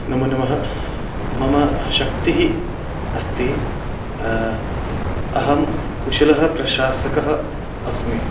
नमो नमः मम शक्तिः अस्ति अहं कुशलः प्रशासकः अस्मि